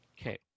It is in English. Okay